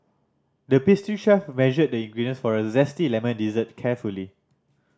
the pastry chef measured the ingredients for a zesty lemon dessert carefully